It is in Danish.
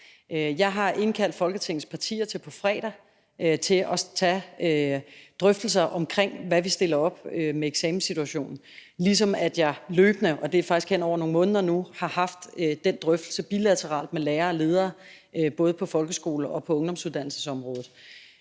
Jeg har indkaldt Folketingets partier til på fredag til at tage drøftelser om, hvad vi stiller op med eksamenssituationen, ligesom jeg løbende – og det er faktisk hen over nogle måneder nu – har haft den drøftelse bilateralt med lærere og ledere, både på folkeskole- og på ungdomsuddannelseområdet.